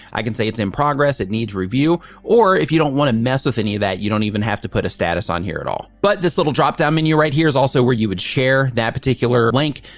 i can say it's in progress, it needs review. or if you don't want to mess with any of that, you don't even have to put a status on here at all. but this little dropdown menu right here is also where you would share that particular link.